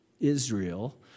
Israel